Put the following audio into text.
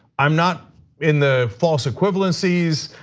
i'm not in the false equivalencies,